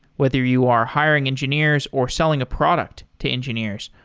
whether you are hiring engineers or selling a product to engineers,